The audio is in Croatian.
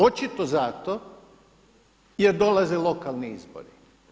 Očito zato jer dolaze lokalni izbori.